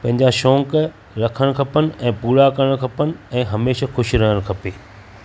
पंहिंजा शौक़ रखणु खपनि ऐं पूरा करणु खपनि ऐं हमेशा खु़शि रहणु खपे